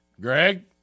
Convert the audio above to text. greg